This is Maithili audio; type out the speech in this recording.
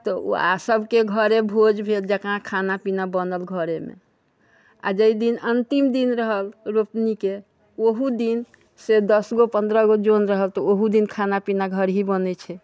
तऽ सबके घरे भोज भेल जकाँ खानापीना बनल घरेमे आओर जाहि दिन अन्तिम दिन रहल रोपनीके ओहू दिन से दस गो पन्द्रह गो जन रहल तऽ ओहू दिन खानापीना घरही बनै छै